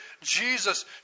Jesus